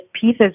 pieces